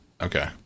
okay